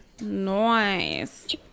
Nice